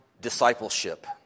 discipleship